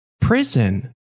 prison